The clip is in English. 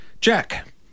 Jack